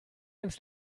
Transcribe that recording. ins